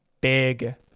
Big